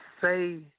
say